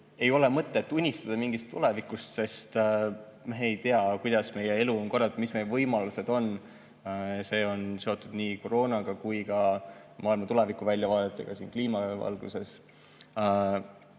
ei ole mõtet unistada mingist tulevikust, sest me ei tea, kuidas meie elu on korraldatud, mis meie võimalused on – see on seotud nii koroonaga kui ka maailma tuleviku väljavaadetega kliima valguses.